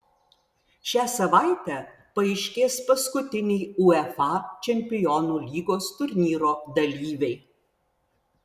šią savaitę paaiškės paskutiniai uefa čempionų lygos turnyro dalyviai